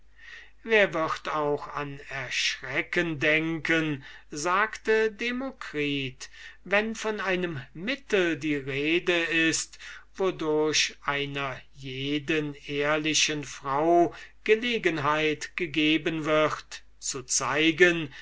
wer wird auch an erschrecken denken sagte demokritus wenn von einem mittel die rede ist wodurch einer jeden ehrlichen frau gelegenheit gegeben wird zu zeigen